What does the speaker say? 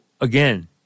again